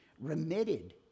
remitted